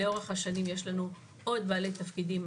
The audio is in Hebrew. לאורך השנים יש לנו עוד בעלי תפקידים,